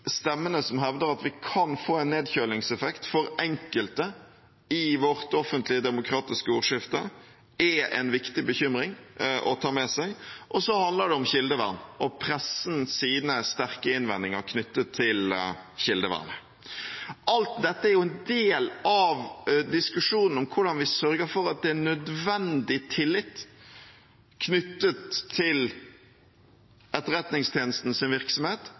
stemmene som hevder at vi kan få en nedkjølingseffekt for enkelte i vårt offentlige demokratiske ordskifte, er en viktig bekymring å ta med seg. Og så handler det om kildevern og pressens sterke innvendinger knyttet til kildevernet. Alt dette er jo en del av diskusjonen om hvordan vi sørger for at det er nødvendig tillit knyttet til Etterretningstjenestens virksomhet